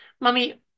Mummy